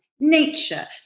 nature